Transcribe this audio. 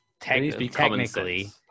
technically